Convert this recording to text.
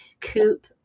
Coop